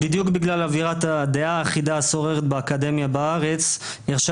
בדיוק בגלל אווירת הדעה האחידה השוררת באקדמיה בארץ הרשה